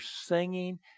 singing